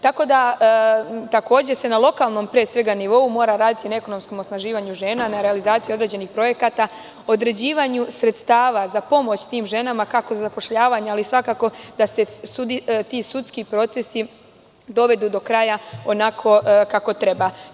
Takođe se pre svega na lokalnom nivou mora raditi na ekonomskom osnaživanju žena, na realizaciji određenih projekata, određivanju sredstava za pomoć tim ženama kako zapošljavanja ali svakako da se ti sudski procesu dovedu do kraja onako kako treba.